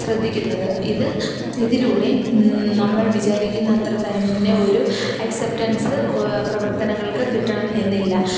ശ്രദ്ധിക്കിന്നത് ഇത് ഇതിലൂടെ നമ്മൾ വിചാരിക്കുന്ന അത്ര തന്നെ ഒരു എക്സെപ്റ്റൻസ് പ്രവത്തനങ്ങൾക്ക് കിട്ടണം എന്നില്ല